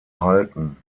halten